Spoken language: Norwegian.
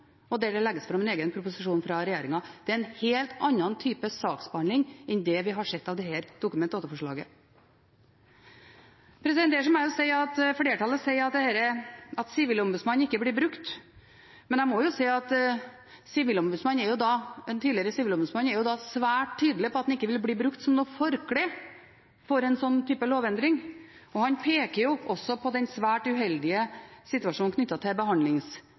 og der det legges fram en egen proposisjon fra regjeringen. Det er en helt annen type saksbehandling enn det vi har sett med dette Dokument 8-forslaget. Flertallet sier at Sivilombudsmannen ikke blir brukt, men jeg må jo si at den tidligere Sivilombudsmannen er svært tydelig på at han ikke ville bli brukt som noe «forkle» for en slik type lovendring, og han peker også på den svært uheldige situasjonen knyttet til